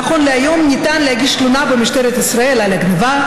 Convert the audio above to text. נכון להיום ניתן להגיש תלונה במשטרת ישראל על הגנבה.